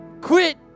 Quit